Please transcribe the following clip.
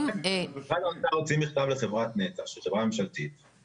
משרד האוצר הוציא מכתב לחברת נת"ע שהיא חברה ממשלתית,